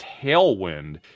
tailwind